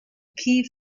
key